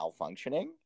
malfunctioning